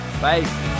bye